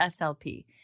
SLP